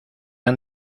han